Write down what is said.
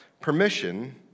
permission